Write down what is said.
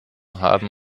haben